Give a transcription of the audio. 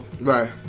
Right